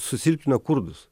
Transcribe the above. susilpnina kurdus